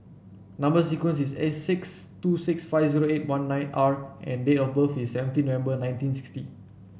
number sequence is S two six five zero eight one nine R and date of birth is seventeen November nineteen sixty